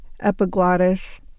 epiglottis